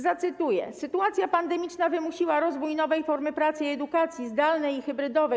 Zacytuję: Sytuacja pandemiczna wymusiła rozwój nowej formy pracy i edukacji zdalnej i hybrydowej.